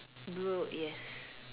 blue yes